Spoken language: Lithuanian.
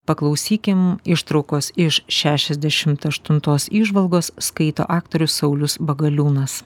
paklausykim ištraukos iš šešiasdešimt aštuntos įžvalgos skaito aktorius saulius bagaliūnas